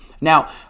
Now